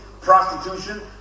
prostitution